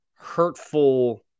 hurtful